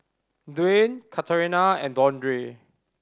Dwyane Katharina and Dondre